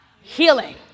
Healing